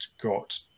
got